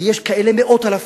ויש כאלה מאות אלפים,